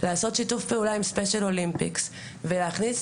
לעשות שיתוף פעולה עם ספיישל אולימפיקס ולהכניס